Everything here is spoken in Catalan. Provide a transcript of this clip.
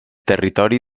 territori